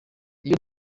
iyo